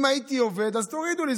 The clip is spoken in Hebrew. אם הייתי עובד אז תורידו לי,